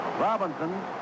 Robinson